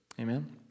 Amen